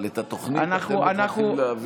אבל את התוכנית אתם מוכרחים להביא.